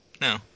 No